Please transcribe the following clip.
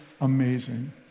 amazing